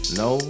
no